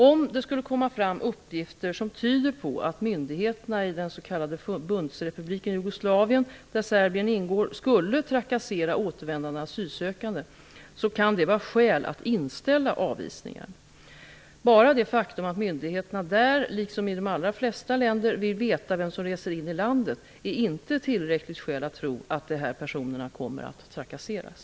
Om det skulle komma fram uppgifter som tyder på att myndigheterna i den s.k. Förbundsrepubliken Jugoslavien, där Serbien ingår, skulle trakassera återvändande asylsökande, kan det vara skäl att inställa avvisningar. Bara det faktum att myndigheterna där, liksom i de allra flesta länder, vill veta vem som reser in i landet är inte tillräckligt skäl att tro att de här personerna kommer att trakasseras.